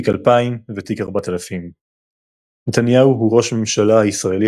תיק 2000 ותיק 4000. נתניהו הוא ראש הממשלה הישראלי